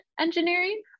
engineering